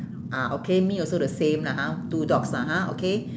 ah okay me also the same lah ha two dogs lah ha okay